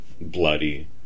bloody